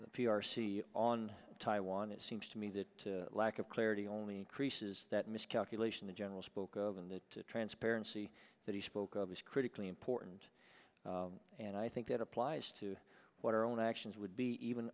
the p r c on taiwan it seems to me that lack of clarity only increases that miscalculation the general spoke of and that transparency that he spoke of is critically important and i think that applies to what our own actions would be even